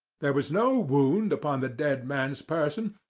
there was no wound upon the dead man's person,